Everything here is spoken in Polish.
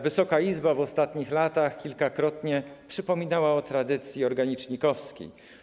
Wysoka Izba w ostatnich latach kilkakrotnie przypominała o tradycji organicznikowskiej.